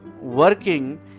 working